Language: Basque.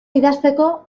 idazteko